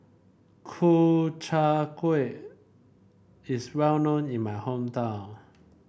Ku Chai Kuih is well known in my hometown